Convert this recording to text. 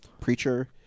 Preacher